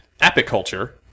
apiculture